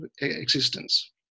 existence